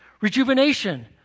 rejuvenation